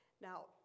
Now